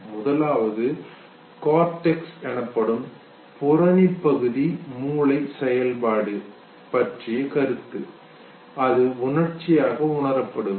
முதலாவது கொர்டெஃஸ் எனப்படும் புறணிப் பகுதி மூளை செயல்பாடு பற்றிய கருத்து அது உணர்ச்சியாக உணரப்படுவது